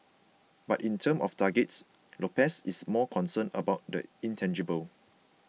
but in terms of targets Lopez is more concerned about the intangible